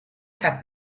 cup